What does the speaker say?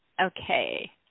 Okay